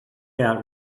out